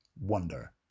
Wonder